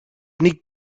niet